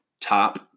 top